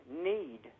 need